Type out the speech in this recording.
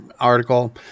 article